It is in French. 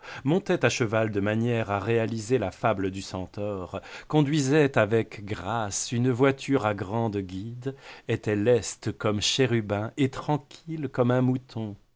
montait à cheval de manière à réaliser la fable du centaure conduisait avec grâce une voiture à grandes guides était leste comme chérubin et tranquille comme un mouton